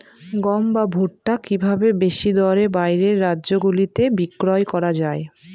গম বা ভুট্ট কি ভাবে বেশি দরে বাইরের রাজ্যগুলিতে বিক্রয় করা য়ায়?